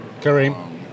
Kareem